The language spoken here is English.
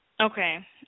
Okay